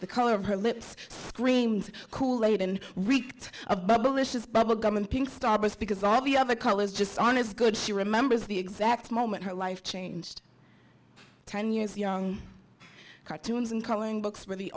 the color of her lips screamed kool aid and reeked of bubblicious bubble gum and pink starbucks because all the other colors just aren't as good she remembers the exact moment her life changed ten years young cartoons and coloring books were the